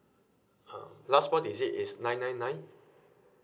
um last four digit is nine nine nine